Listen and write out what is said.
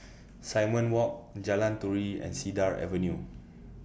Simon Walk Jalan Turi and Cedar Avenue